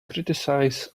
criticize